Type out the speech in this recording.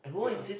ya